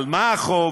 על מה החוב,